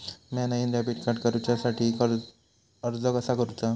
म्या नईन debit card काडुच्या साठी अर्ज कसा करूचा?